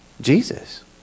Jesus